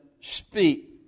speak